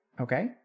Okay